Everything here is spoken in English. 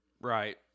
Right